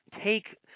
take